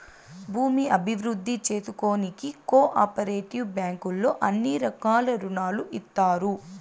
భూమి అభివృద్ధి చేసుకోనీకి కో ఆపరేటివ్ బ్యాంకుల్లో అన్ని రకాల రుణాలు ఇత్తారు